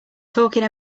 talking